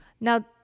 Now